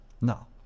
Now